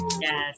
Yes